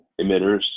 emitters